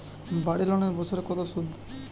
বাড়ি লোনের বছরে সুদ কত?